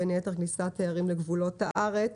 בין היתר כניסת תיירים לגבולות הארץ.